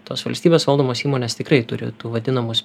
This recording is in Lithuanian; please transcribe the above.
tos valstybės valdomos įmonės tikrai turi tų vadinamų